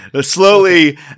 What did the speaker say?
slowly